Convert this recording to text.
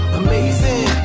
amazing